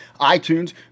iTunes